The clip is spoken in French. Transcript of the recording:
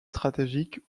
stratégiques